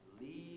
leave